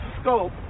scope